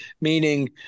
Meaning